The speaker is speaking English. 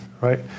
right